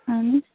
اَہَن حظ